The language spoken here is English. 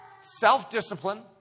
self-discipline